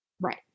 right